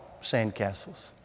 sandcastles